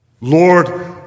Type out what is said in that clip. Lord